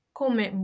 come